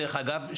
דרך אגב,